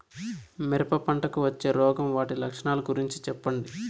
మిరప పంటకు వచ్చే రోగం వాటి లక్షణాలు గురించి చెప్పండి?